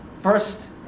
First